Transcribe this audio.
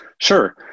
Sure